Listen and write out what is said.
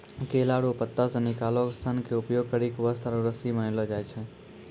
केला रो पत्ता से निकालो सन के उपयोग करी के वस्त्र आरु रस्सी बनैलो जाय छै